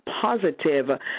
positive